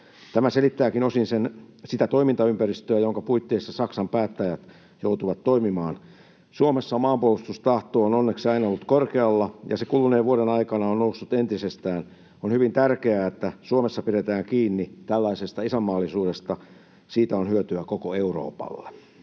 Tämä selittääkin osin sitä toimintaympäristöä, jonka puitteissa Saksan päättäjät joutuvat toimimaan. Suomessa maanpuolustustahto on onneksi aina ollut korkealla ja se kuluneen vuoden aikana on noussut entisestään. On hyvin tärkeää, että Suomessa pidetään kiinni tällaisesta isänmaallisuudesta. Siitä on hyötyä koko Euroopalle.